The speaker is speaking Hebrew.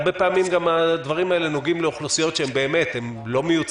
הרבה פעמים הדברים האלה גם נוגעים לאוכלוסיות שלא מיוצגות,